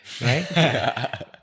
right